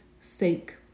sake